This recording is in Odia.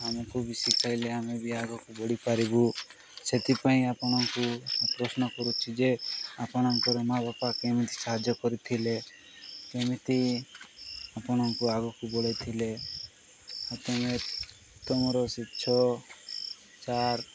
ଆମକୁ ବି ଶିଖାଇଲେ ଆମେ ବି ଆଗକୁ ବଢ଼ିପାରିବୁ ସେଥିପାଇଁ ଆପଣଙ୍କୁ ପ୍ରଶ୍ନ କରୁଛି ଯେ ଆପଣଙ୍କର ମା ବାପା କେମିତି ସାହାଯ୍ୟ କରିଥିଲେ କେମିତି ଆପଣଙ୍କୁ ଆଗକୁ ବଢେଇଥିଲେ ଆଉ ତମେ ତମର ଶିକ୍ଷ ଚାର୍